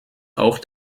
auch